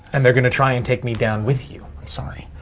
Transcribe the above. and they're going to try and take me down with you. i'm sorry.